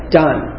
done